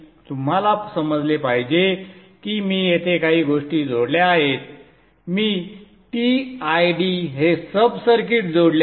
तुम्हाला समजले पाहिजे की मी येथे काही गोष्टी जोडल्या आहेत मी t i d हे सब सर्किट जोडले आहे